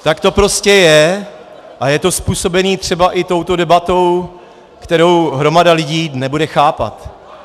Tak to prostě je a je to způsobeno třeba i touto debatou, kterou hromada lidí nebude chápat.